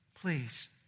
please